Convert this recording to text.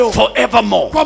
forevermore